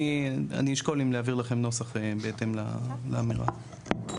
אני אשקול אם להעביר לכם נוסח בהתאם לאמירה הזאת.